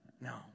no